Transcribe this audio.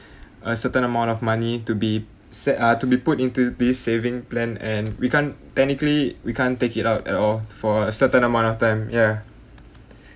a certain amount of money to be set ah to be put into this saving plan and we can't technically we can't take it out at all for a certain amount of time ya